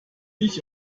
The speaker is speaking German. ich